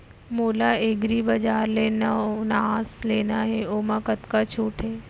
मोला एग्रीबजार ले नवनास लेना हे ओमा कतका छूट हे?